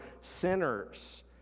sinners